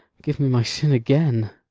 give me my sin again.